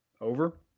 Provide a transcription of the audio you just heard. Over